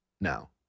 now